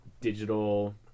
digital